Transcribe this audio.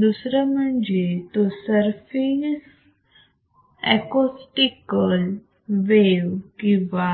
दुसरं म्हणजे तो सरफेस ऍकॉस्टिकल वेव किंवा